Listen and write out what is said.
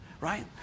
right